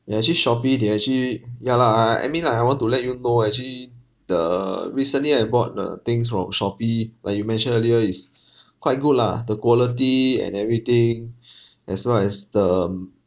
ya actually Shopee they're actually ya lah I I I mean like I want to let you know actually the recently I bought uh things from Shopee like you mentioned earlier it's quite good lah the quality and everything as well as the